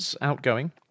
outgoing